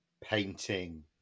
painting